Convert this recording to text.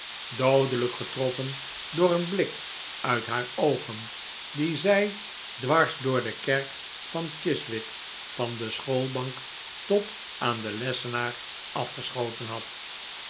doodelijk getroffen door een blik uit haar oogen dien zij dwars door de kerk van chiswick van de schoolbank tot aan den lessenaar afgeschoten had